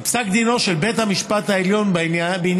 בפסק דינו של בית המשפט העליון בעניין